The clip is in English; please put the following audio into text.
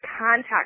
contact